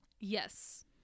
Yes